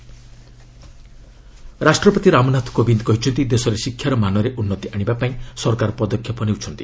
president ରାଷ୍ଟ୍ରପତି ରାମନାଥ କୋବିନ୍ଦ କହିଛନ୍ତି ଦେଶରେ ଶିକ୍ଷାର ମାନରେ ଉନ୍ତି ଆଣିବା ପାଇଁ ସରକାର ପଦକ୍ଷେପ ନେଉଛନ୍ତି